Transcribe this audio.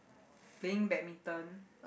playing badminton